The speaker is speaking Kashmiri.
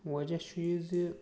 وَجہ چھُ یہِ زِ